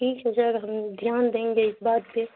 ٹھیک ہے سر ہم دھیان دیں گے اس بات پہ